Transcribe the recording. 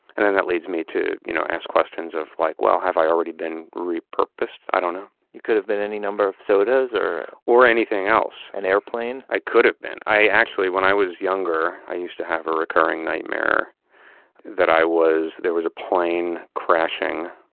and then that leads me to you know ask questions of like, well have i already been repurposed? i don't know you could have been any number of sodas or, or anything else an airplane i could have been. i actually, when i was younger, i used to have a recurring nightmare that i was, there was a plane crashing.